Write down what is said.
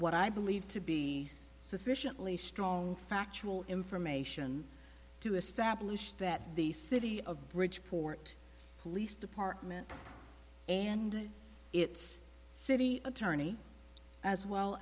what i believe to be sufficiently strong factual information to establish that the city of bridgeport police department and its city attorney as well